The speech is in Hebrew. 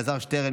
אלעזר שטרן,